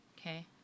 Okay